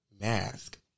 mask